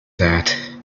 that